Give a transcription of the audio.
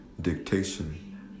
dictation